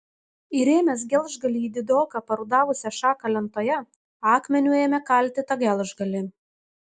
įrėmęs gelžgalį į didoką parudavusią šaką lentoje akmeniu ėmė kalti tą gelžgalį